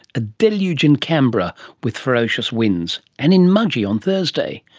a deluge in canberra, with ferocious winds. and in mudgee on thursday.